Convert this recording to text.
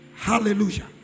hallelujah